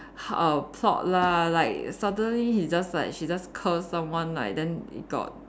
uh plot lah like suddenly he just like she just curse someone like then it got